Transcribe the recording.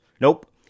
Nope